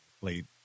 Played